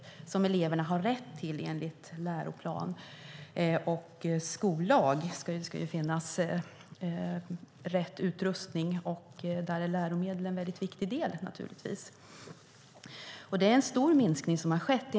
Detta har eleverna rätt till enligt läroplan och skollag. Det ska finnas rätt utrustning, och där är läromedel en viktig del. Det är en stor minskning som har skett.